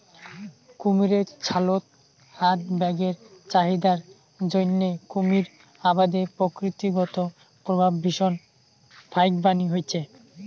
কুমীরের ছালত হাত ব্যাগের চাহিদার জইন্যে কুমীর আবাদের প্রকৃতিগত প্রভাব ভীষণ ফাইকবানী হইচে